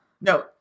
no